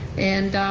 and